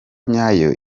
nyayo